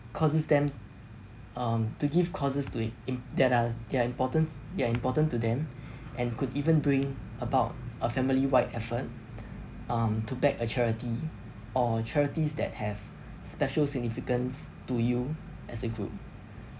causes them um to give causes to it im~ that uh they're important they're important to them and could even bring about a family wide effort um to back a charity or charities that have special significance to you as a group